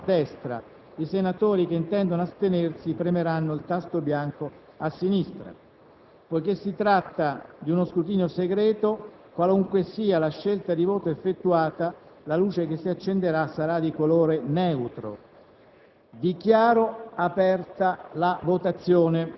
i senatori contrari premeranno il tasto rosso a destra; i senatori che intendono astenersi premeranno il tasto bianco a sinistra. Poiché si tratta di uno scrutinio segreto, qualunque sia la scelta di voto effettuata, la luce che si accenderà sarà di colore neutro.